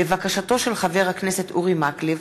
לבקשתו של חבר הכנסת אורי מקלב,